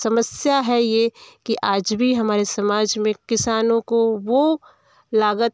समस्या है यह कि आज भी हमारे समाज में किसानों को वह लागत